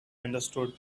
understood